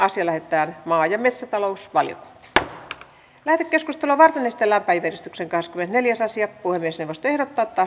asia lähetetään maa ja metsätalousvaliokuntaan lähetekeskustelua varten esitellään päiväjärjestyksen kahdeskymmenesneljäs asia puhemiesneuvosto ehdottaa että